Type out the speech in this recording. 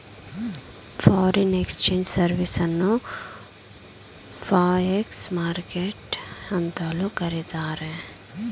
foreign exchange service ಅನ್ನು forex market ಅಂತಲೂ ಕರಿತಾರೆ